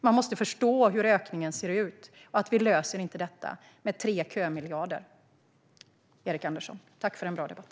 Man måste förstå hur ökningen ser ut och att vi inte löser detta med 3 kömiljarder, Erik Andersson. Tack för en bra debatt!